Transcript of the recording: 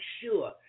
sure